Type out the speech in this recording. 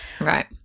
Right